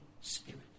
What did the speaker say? Spirit